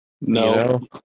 No